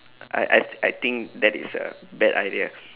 I I I think that is a bad idea